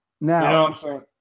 Now